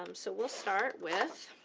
um so we'll start with